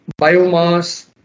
biomass